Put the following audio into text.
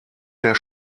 der